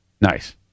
Nice